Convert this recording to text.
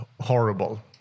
horrible